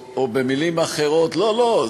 או במילים אחרות, לא, לא.